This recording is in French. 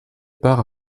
part